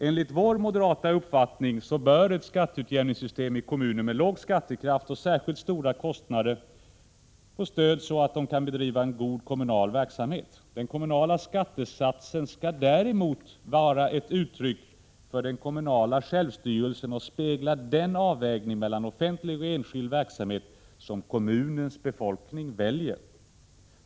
Enligt vår moderata uppfattning bör ett skatteutjämningssystem i kommuner med låg skattekraft och särskilt stora kostnader få stöd så att de kan bedriva en god kommunal verksamhet. Den kommunala skattesatsen skall däremot vara ett uttryck för den kommunala självstyrelsen och spegla den avvägning mellan offentlig och enskild verksamhet som kommunens befolkning väljer.